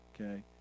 okay